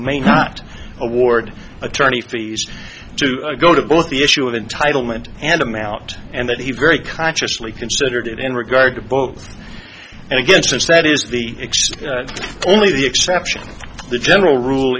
may not award attorney fees to go to both the issue of entitlement and amount and that he very consciously considered it in regard to both and again since that is only the exception to the general rule